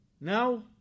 now